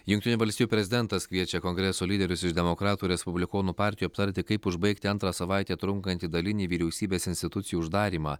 jungtinių valstijų prezidentas kviečia kongreso lyderius iš demokratų respublikonų partijų aptarti kaip užbaigti antrą savaitę trunkantį dalinį vyriausybės institucijų uždarymą